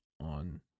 on